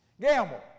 Gamble